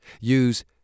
Use